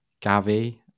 Gavi